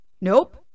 Nope